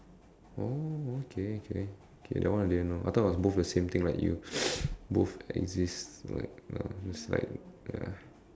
oh okay okay okay that one I didn't know I thought it was both the same thing like you both exist or like uh it's like ya